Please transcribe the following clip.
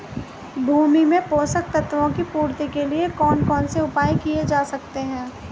भूमि में पोषक तत्वों की पूर्ति के लिए कौन कौन से उपाय किए जा सकते हैं?